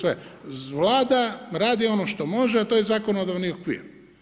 Vlada radi ono što može, a to je zakonodavni okvir.